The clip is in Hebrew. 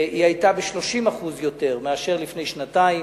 היא היתה גבוהה ב-30% מאשר לפני שנתיים.